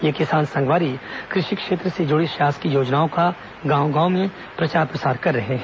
ये किसान संगवारी कृषि क्षेत्र से जुड़ी शासकीय योजनाओं का गांव गांव में प्रचार प्रसार कर रहे हैं